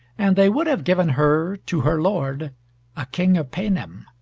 and they would have given her to her lord a king of paynim,